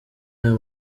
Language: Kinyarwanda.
aya